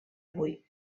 avui